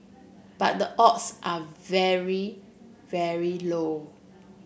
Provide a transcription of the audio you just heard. but the odds are very very low